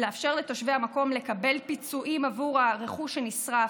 לאפשר לתושבי המקום לקבל פיצויים עבור הרכוש שנשרף,